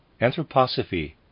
Anthroposophy